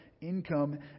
income